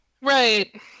Right